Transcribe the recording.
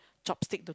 chopstick